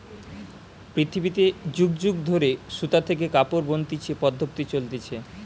পৃথিবীতে যুগ যুগ ধরে সুতা থেকে কাপড় বনতিছে পদ্ধপ্তি চলতিছে